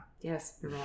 Yes